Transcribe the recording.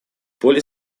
поле